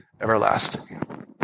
everlasting